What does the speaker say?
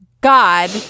god